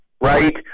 right